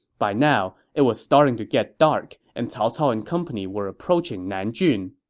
by now, it was starting to get dark, and cao cao and company were approaching nanjun.